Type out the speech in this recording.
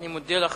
אני מודה לך,